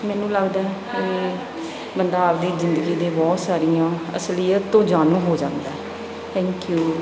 ਮੈਨੂੰ ਲੱਗਦਾ ਕਿ ਬੰਦਾ ਆਪਦੀ ਜ਼ਿੰਦਗੀ ਦੀ ਬਹੁਤ ਸਾਰੀਆਂ ਅਸਲੀਅਤ ਤੋਂ ਜਾਣੂ ਹੋ ਜਾਂਦਾ ਥੈਂਕ ਯੂ